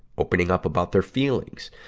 opening up about their feelings,